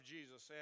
Jesus